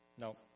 no